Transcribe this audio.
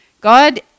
God